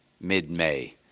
mid-May